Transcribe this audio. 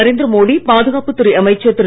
நரேந்திர மோடி பாதுகாப்புத் துறை அமைச்சர் திரு